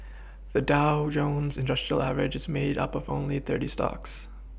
the Dow Jones industrial Average is made up of only thirty stocks